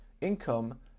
income